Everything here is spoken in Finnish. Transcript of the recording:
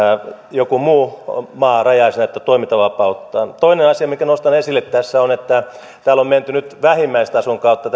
joku muu maa rajaisi tätä toimintavapauttaan toinen asia minkä nostan esille tässä on että täällä on menty nyt vähimmäistason kautta